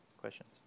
Questions